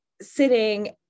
sitting